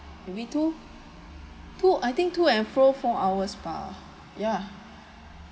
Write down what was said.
you need two two I think to and fro from our spa ya